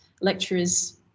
lecturers